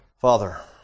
Father